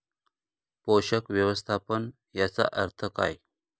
पोषक व्यवस्थापन याचा अर्थ काय?